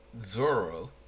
Zoro